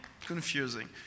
confusing